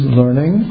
learning